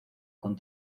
con